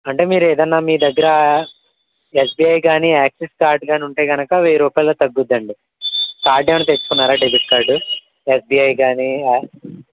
అంటే మీరు ఏదైనా మీ దగ్గరా ఎస్బిఐ కాని యాక్సిస్ కార్డ్ కాని ఉంటే కనుక వెయ్యి రూపాయలు తగ్గుతుందండి కార్డ్ ఏమైనా తెచ్చుకున్నారా డెబిట్ కార్డు ఎస్బిఐ కాని